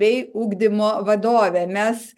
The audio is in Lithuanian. bei ugdymo vadove mes